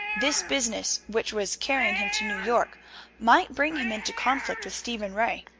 this business which was carrying him to new york might bring him into conflict with stephen ray.